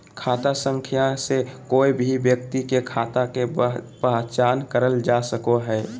खाता संख्या से कोय भी व्यक्ति के खाता के पहचान करल जा सको हय